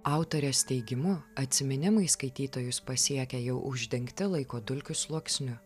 autorės teigimu atsiminimai skaitytojus pasiekia jau uždengti laiko dulkių sluoksniu